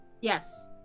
Yes